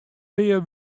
pear